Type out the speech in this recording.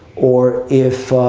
or if